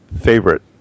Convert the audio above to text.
favorite